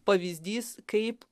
pavyzdys kaip